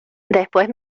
después